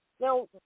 Now